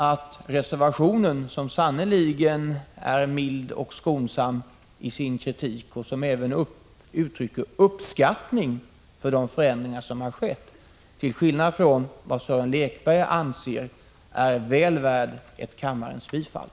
Denna reservation, som sannerligen är mild och skonsam i sin kritik och som även uttrycker uppskattning av de förändringar som har skett är — till skillnad från vad Sören Lekberg anser — väl värd ett kammarens bifall.